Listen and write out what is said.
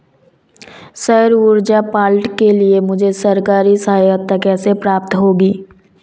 सौर ऊर्जा प्लांट के लिए मुझे सरकारी सहायता कैसे प्राप्त होगी?